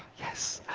yes.